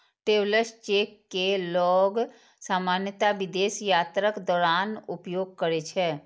travellers cheque कें लोग सामान्यतः विदेश यात्राक दौरान उपयोग करै छै